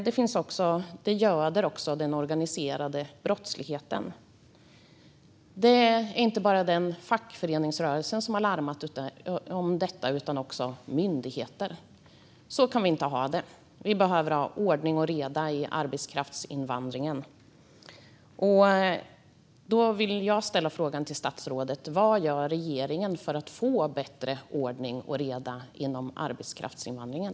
Det göder också den organiserade brottsligheten. Det är inte bara fackföreningsrörelsen som har larmat om detta utan också myndigheter. Så kan vi inte ha det. Vi behöver ha ordning och reda i arbetskraftsinvandringen. Jag vill ställa frågan till statsrådet: Vad gör regeringen för att få bättre ordning och reda inom arbetskraftsinvandringen?